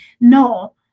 no